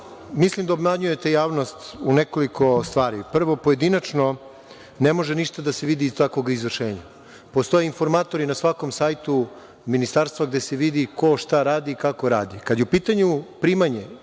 mislim da obmanjujete javnost u nekoliko stvari. Prvo, pojedinačno ne može ništa da se vidi iz takvog izvršenja. Postoje informatori na svakom sajtu ministarstva gde se vidi ko šta radi i kako radi. Kada je u pitanju primanje